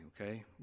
okay